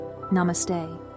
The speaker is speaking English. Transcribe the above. Namaste